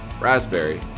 raspberry